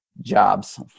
jobs